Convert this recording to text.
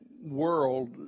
world